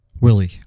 Willie